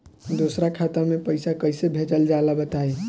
दोसरा खाता में पईसा कइसे भेजल जाला बताई?